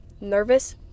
nervous